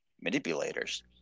manipulators